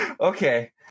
Okay